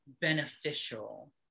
beneficial